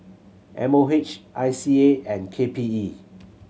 M O H I C A and K P E